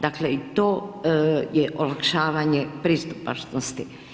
Dakle i to je olakšavanje pristupačnosti.